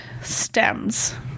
stems